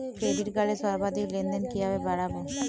Credit কার্ডের সর্বাধিক লেনদেন কিভাবে বাড়াবো?